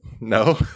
No